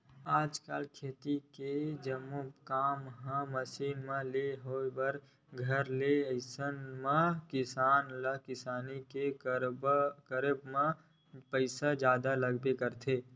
आजकल खेती किसानी के जम्मो काम मन ह मसीन ले होय बर धर ले हे अइसन म किसान ल किसानी के करब म पइसा जादा लगबे करथे